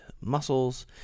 muscles